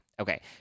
Okay